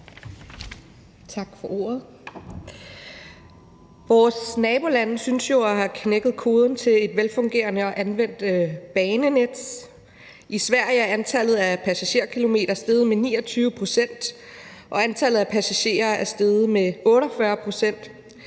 Vores nabolande synes jo at have knækket koden til et velfungerende og anvendt banenet. I Sverige er antallet af passagerkilometer steget med 29 pct., og antallet af passagerer er steget med 48 pct.,